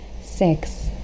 six